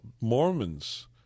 Mormons